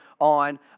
on